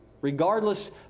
regardless